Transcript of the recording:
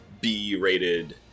B-rated